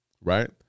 right